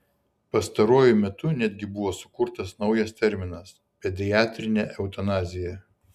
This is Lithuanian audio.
pastaruoju metu netgi buvo sukurtas naujas terminas pediatrinė eutanazija